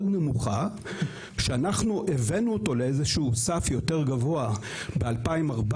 נמוכה שאנחנו הבאנו לאיזשהו סף יותר גבוה ב-2014,